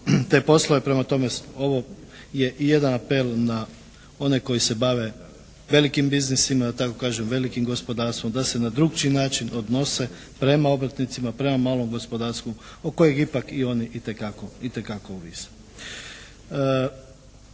te poslove. Prema tome ovo je i jedan apel na one koji se bave velikim biznisima. Da tako kažem velikim gospodarstvom da se na drukčiji način odnose prema obrtnicima, prema malom gospodarstvu o kojeg ipak i oni itekako,